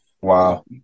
Wow